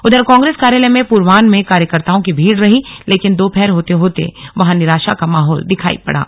उधर कांग्रेस कार्यालय में पूर्वाह्व में कार्यकर्ताओं की भीड़ रही लेकिन दोपहर होते होते वहां निराशा का माहौल दिखाई पड़ा